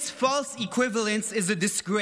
This false equivalence is a disgrace.